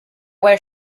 where